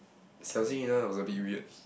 Xia Jing-Yi was a bit weird